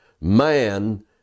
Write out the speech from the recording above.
Man